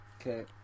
Okay